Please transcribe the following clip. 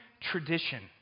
tradition